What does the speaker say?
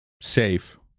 safe